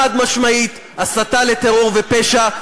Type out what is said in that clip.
חד-משמעית הסתה לטרור ופשע,